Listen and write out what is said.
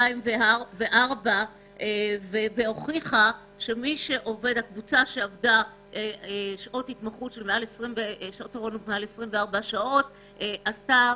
2004 והוכיחה שהקבוצה שעבדה מעל 24 שעות עשתה